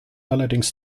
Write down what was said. allerdings